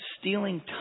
stealing